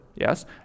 yes